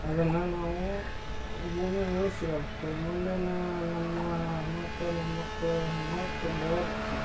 ಅದನ್ನು ನಾವು ಭೂಮಿ ಉಳ್ಸ್ಕೊಬೇಕು ಮುಂದೆ ನಾವು ನಮ್ಮ ಮಕ್ಕಳು ಮೊಮ್ಮಕ್ಕಳು ನೋಡಿಕೊಂಡು ಹೋಗ್ಬೇಕು